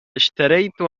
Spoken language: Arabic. اشتريت